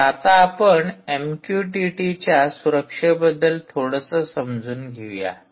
तर आता आपण एमक्यूटीटीच्या सुरक्षेबद्दल थोडं समजून घेऊया